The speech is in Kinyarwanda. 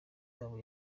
yabo